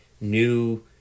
new